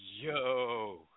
Yo